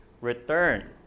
return